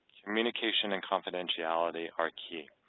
communication and confidentiality are key.